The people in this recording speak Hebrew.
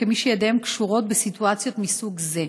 כמי שידיהם קשורות בסיטואציות מסוג זה.